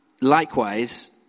Likewise